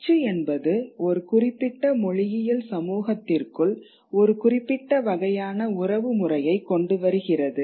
அச்சு என்பது ஒரு குறிப்பிட்ட மொழியியல் சமூகத்திற்குள் ஒரு குறிப்பிட்ட வகையான உறவு முறையை கொண்டு வருகிறது